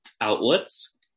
outlets